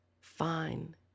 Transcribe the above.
fine